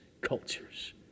cultures